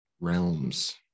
realms